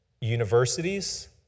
universities